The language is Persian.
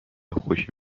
خوشی